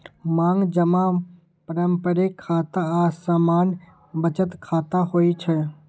मांग जमा पारंपरिक खाता आ सामान्य बचत खाता होइ छै